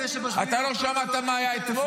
אלה שב-7 באוקטובר לא ידעו --- אתה לא שמעת מה היה אתמול?